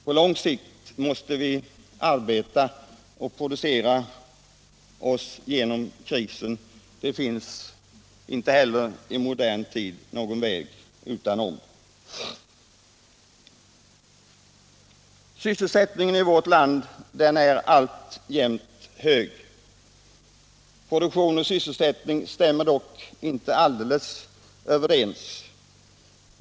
På lång sikt måste vi arbeta och producera oss genom krisen. Det finns inte heller i modern tid någon väg utanom. Sysselsättningen i vårt land är alltjämt hög. Produktion och sysselsättning stämmer dock inte alldeles överens.